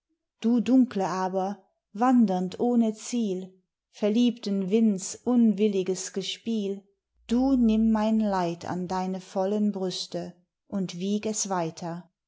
du dunkle aber wandernd ohne ziel verliebten winds unwilliges gespiel du nimm mein leid an deine vollen brüste und wieg es weiter